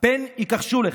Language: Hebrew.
פן יכחשו לך.